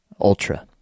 ultra